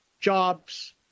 jobs